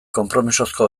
konpromisozko